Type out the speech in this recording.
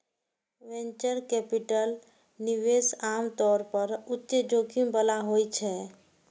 venture capital निवेश आम तौर पर उच्च जोखिम बला होइ छै